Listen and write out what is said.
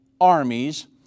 armies